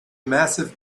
massive